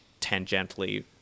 tangentially